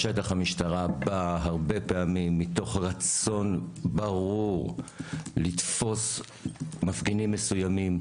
בשטח המשטרה באה הרבה פעמים מתוך רצון ברור לתפוס מפגינים מסוימים,